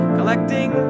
Collecting